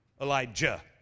Elijah